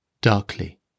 darkly